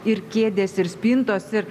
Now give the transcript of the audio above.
ir kėdės ir spintos ir